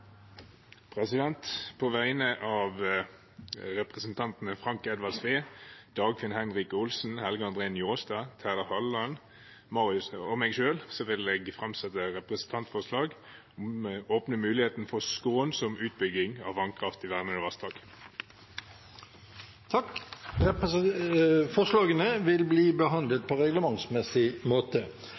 På vegne av representantene Frank Edvard Sve, Dagfinn Henrik Olsen, Helge André Njåstad, Terje Halleland og meg selv vil jeg framsette et representantforslag om å åpne muligheten for skånsom utbygging av vannkraft i vernede vassdrag. Forslagene vil bli behandlet på reglementsmessig måte.